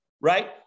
right